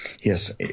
yes